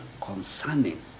concerning